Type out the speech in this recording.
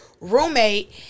roommate